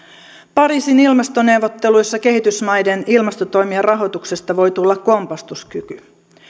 pariisin ilmastoneuvotteluissa kehitysmaiden ilmastotoimien rahoituksesta voi tulla kompastuskivi